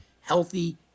healthy